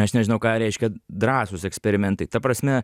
aš nežinau ką reiškia drąsūs eksperimentai ta prasme